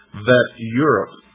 that europe